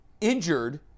injured